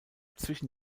zwischen